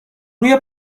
روی